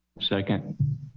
second